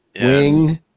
wing